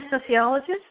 sociologist